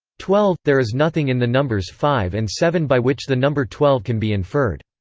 twelve there is nothing in the numbers five and seven by which the number twelve can be inferred.